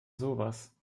sowas